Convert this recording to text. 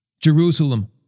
Jerusalem